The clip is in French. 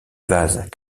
vases